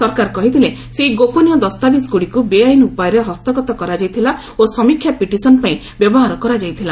ସରକାର କହିଥିଲେ ସେହି ଗୋପନୀୟ ଦସ୍ତାବିଜ୍ଗ୍ରଡ଼ିକ୍ ବେଆଇନ୍ ଉପାୟରେ ହସ୍ତଗତ କରାଯାଇଥିଲା ଓ ସମୀକ୍ଷା ପିଟିସନ୍ ପାଇଁ ବ୍ୟବହାର କରାଯାଇଥିଲା